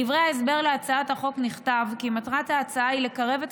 בדברי ההסבר להצעת החוק נכתב כי מטרת ההצעה היא לקרב את